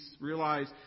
realize